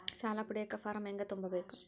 ಸಾಲ ಪಡಿಯಕ ಫಾರಂ ಹೆಂಗ ತುಂಬಬೇಕು?